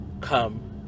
come